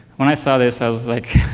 when i saw this, i was like,